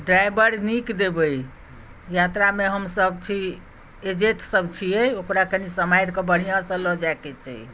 driver नीक देबै यात्रामे हमसब छी एजेड सब छिए ओकरा कनी सम्हारिके बढ़िआँसँ लऽ जाइके छै